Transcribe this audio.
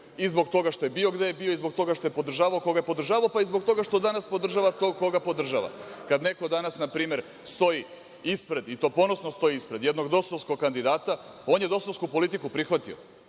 zbog toga što je bio gde je bio i zbog toga što je podržavao koga je podržavao, pa i zbog toga što danas podržava tog koga podržava. Kad neko danas, na primer, stoji ispred, i to ponosno stoji ispred jednog dosovskog kandidata, on je dosovsku politiku prihvatio.